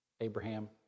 Abraham